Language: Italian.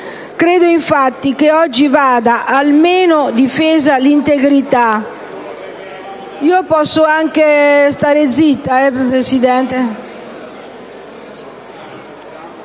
credo infatti che oggi vada almeno difesa l'integrità,